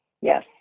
Yes